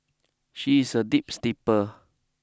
she is a deep sleeper